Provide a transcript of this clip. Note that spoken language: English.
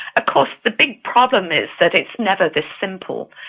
ah course the big problem is that it's never this simple.